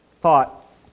thought